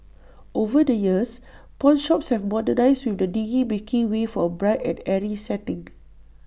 over the years pawnshops have modernised with the dingy making way for A bright and airy setting